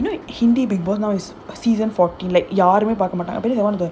you know hindi bigg boss now is season forty like யாருமே பார்க்கமாட்டாங்க:yaarumae paarka maataanga